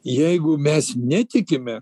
jeigu mes netikime